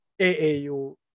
AAU